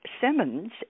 Simmons